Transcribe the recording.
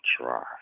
try